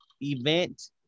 event